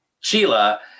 Sheila